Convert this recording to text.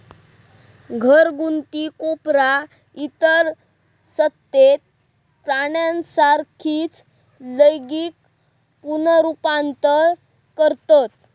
घरगुती कोकरा इतर सस्तन प्राण्यांसारखीच लैंगिक पुनरुत्पादन करतत